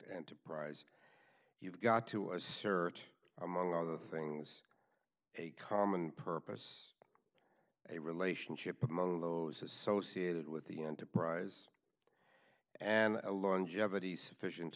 enterprise you've got to assert among other things a common purpose a relationship among those associated with the enterprise and longevity sufficient